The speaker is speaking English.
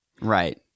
Right